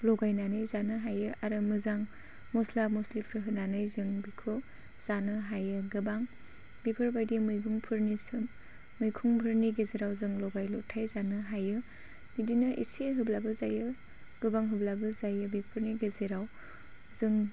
लगायनानै जानो हायो आरो मोजां मस्ला मस्लिफोर होनानै जों बेखौ जानो हायो गोबां बेफोरबायदि मैगंफोरनि गेजेराव जों लगाय लथाय जानो हायो बिदिनो एसे होब्लाबो जायो गोबां होब्लाबो जायो बेफोरनि गेजेराव जों